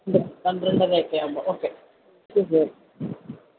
ഉണ്ട് പന്ത്രണ്ടര ഒക്കെ ആവുമ്പോൾ ഓക്കെ ശരി